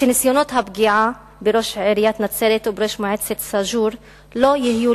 וניסיונות הפגיעה בראש עיריית נצרת ובראש מועצת סאג'ור לא יהיו,